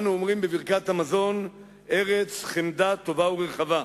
אנו אומרים בברכת המזון "ארץ חמדה טובה ורחבה".